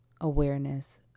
awareness